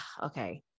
okay